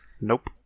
nope